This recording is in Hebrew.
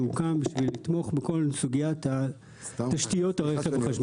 שהוקם כדי לתמוך בכל סוגיית תשתיות הרכב החשמלי.